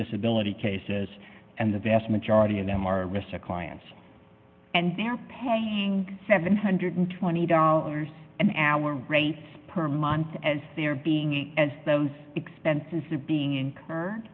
disability cases and the vast majority of them are respect clients and they're paying seven hundred and twenty dollars an hour rates per month as they're being and those expenses they're being incurred